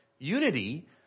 Unity